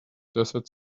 desert